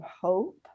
hope